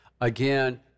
Again